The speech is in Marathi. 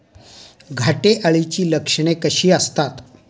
घाटे अळीची लक्षणे कशी असतात?